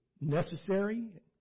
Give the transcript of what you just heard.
necessary